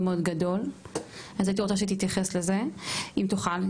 גדול והייתי רוצה שתייחס לזה אם תוכל,